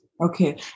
Okay